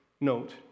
note